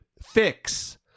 fix